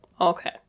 Okay